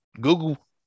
Google